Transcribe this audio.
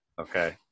Okay